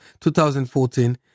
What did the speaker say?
2014